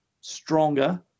stronger